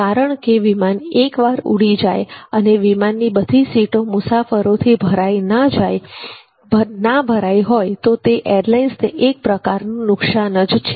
કારણકે વિમાન એકવાર ઉડી જાય અને વિમાનની બધી સીટો મુસાફરોથી ના ભરાઈ હોય તો તે એરલાઇન્સને એક પ્રકારનું નુકસાન જ છે